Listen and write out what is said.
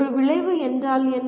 ஒரு விளைவு என்றால் என்ன